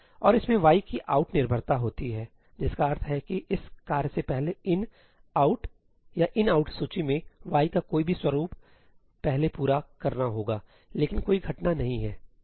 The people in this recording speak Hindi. और इसमें y की 'out' निर्भरता होती है जिसका अर्थ है कि इस कार्य से पहले 'in' 'out' या 'inout' सूची में y का कोई भी स्वरूप पहले पूरा करना होगालेकिन कोई घटना नहीं है सही है